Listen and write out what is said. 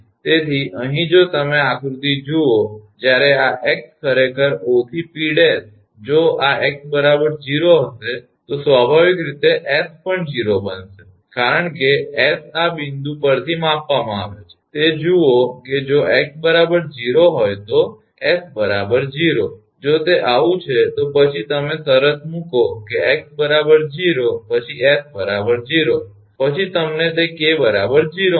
તેથી અહીં જો તમે આ આકૃતિ જુઓ જ્યારે આ 𝑥 ખરેખર 𝑂 થી 𝑃′ જો 𝑥 0 હશે તો સ્વાભાવિક રીતે 𝑠 પણ 0 બનશે કારણ કે 𝑠 આ બિંદુ પરથી માપવામાં આવે છે તે જુઓ કે જો 𝑥 0 હોય તો 𝑠 0 જો તે આવું છે તો પછી તમે શરત મૂકો કે 𝑥 0 પછી 𝑠 0 પછી તમને તે 𝐾 0 મળશે